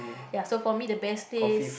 ya so for me the best place